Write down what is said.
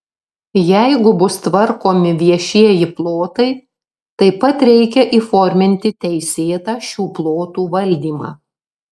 jeigu bus tvarkomi viešieji plotai taip pat reikia įforminti teisėtą šių plotų valdymą